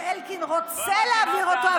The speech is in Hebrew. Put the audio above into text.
שאלקין רוצה להעביר אותו,